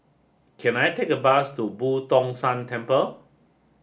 can I take a bus to Boo Tong San Temple